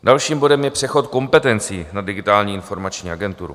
Dalším bodem je přechod kompetencí na Digitální a informační agenturu.